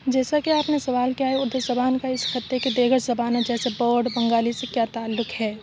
جیسا کہ آپ نے سوال کیا ہے اردو زبان کا اس خطے کے دیگر زبانوں جیسے بوڈو بنگالی سے کیا تعلق ہے